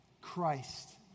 Christ